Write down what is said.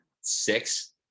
six